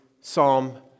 Psalm